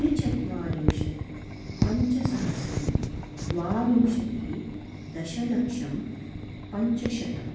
त्रिचत्वारिंशत् पञ्चसहस्रं द्वाविंशतिः दशलक्षं पञ्चशतम्